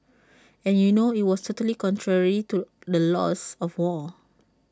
and you know IT was totally contrary to the laws of war